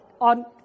on